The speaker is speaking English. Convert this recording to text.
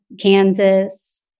Kansas